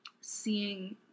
seeing